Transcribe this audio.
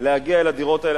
להגיע לדירות האלה,